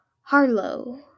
Harlow